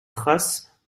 trace